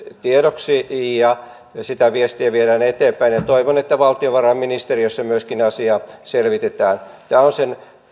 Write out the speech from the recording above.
tiedoksi ja sitä viestiä viedään eteenpäin toivon että valtiovarainministeriössä myöskin asia selvitetään tämä on sen